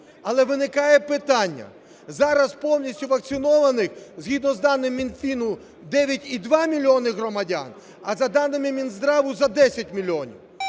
Але виникає питання. Зараз повністю вакцинованих, згідно за даними Мінфіну, 9,2 мільйона громадян, а за даними Мінздрава – за 10 мільйонів.